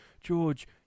George